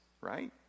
right